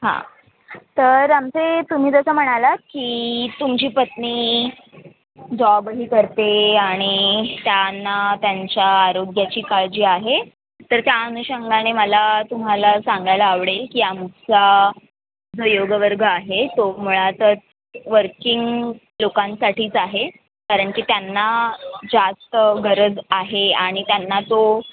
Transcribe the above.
हां तर आमचे तुम्ही जसं म्हणालात की तुमची पत्नी जॉबही करते आणि त्यांना त्यांच्या आरोग्याची काळजी आहे तर त्या अनुषंगाने मला तुम्हाला सांगायला आवडेल की आमचा जो योगवर्ग आहे तो मुळातच वर्किंग लोकांसाठीच आहे कारण की त्यांना जास्त गरज आहे आणि त्यांना तो